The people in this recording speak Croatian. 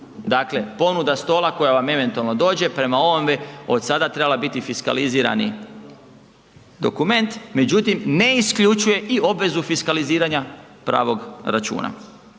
Dakle, ponuda stola koja vam eventualno dođe, prema ovome, od sada trebala biti fiskalizirani dokument, međutim, ne isključuje i obvezu fiskaliziranja pravog računa.